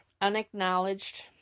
Unacknowledged